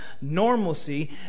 normalcy